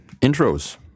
intros